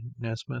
Nesmith